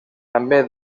també